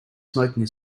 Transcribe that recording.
smoking